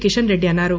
కిషన్ రెడ్డి అన్నారు